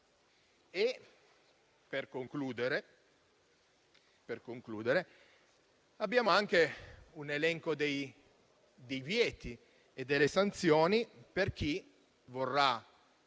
Per concludere, prevediamo anche un elenco dei divieti e delle sanzioni per chi vorrà,